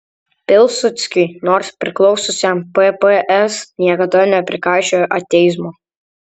pilsudskiui nors priklausiusiam pps niekada neprikaišiojo ateizmo